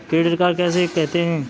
Credit card किसे कहते हैं?